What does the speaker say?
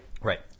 Right